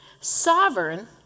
sovereign